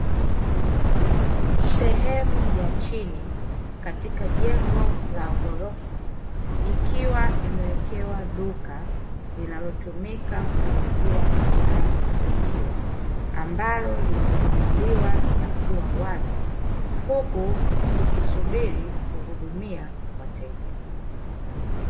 Sehemu ya chini katika jengo la ghorofa, ikiwa imewekewa duka linalotumika kuuzia bidhaa za maziwa, ambalo limefunguliwa na kuwa wazi. Huku likisubiri kuhumia wateja.